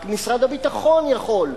רק משרד הביטחון יכול,